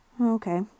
Okay